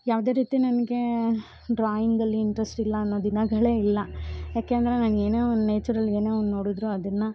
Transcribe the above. ಯಾವುದೇ ರೀತಿ ನನಗೆ ಡ್ರಾಯಿಂಗ್ ಅಲ್ಲಿ ಇಂಟ್ರೆಸ್ಟ್ ಇಲ್ಲ ಅನ್ನೋ ದಿನಗಳೇ ಇಲ್ಲ ಯಾಕೆ ಅಂದರೆ ನನಗ್ ಏನೇ ಒಂದು ನೇಚರ್ ಅಲ್ಲಿ ಏನೇ ಒಂದು ನೋಡಿದ್ರು ಅದನ್ನು